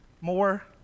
more